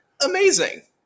amazing